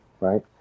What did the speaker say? right